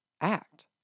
act